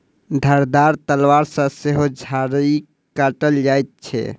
धारदार तलवार सॅ सेहो झाइड़ के काटल जाइत छै